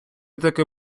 таки